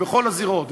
ובכל הזירות,